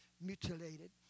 mutilated